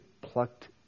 plucked